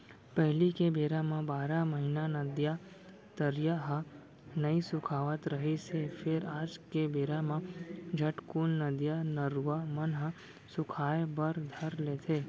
पहिली के बेरा म बारह महिना नदिया, तरिया ह नइ सुखावत रिहिस हे फेर आज के बेरा म झटकून नदिया, नरूवा मन ह सुखाय बर धर लेथे